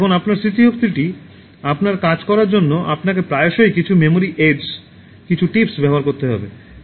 এখন আপনার স্মৃতিশক্তিটি আপনার কাজ করার জন্য আপনাকে প্রায়শই কিছু মেমোরি এইডস কিছু টিপস ব্যবহার করতে হবে